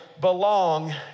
belong